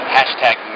Hashtag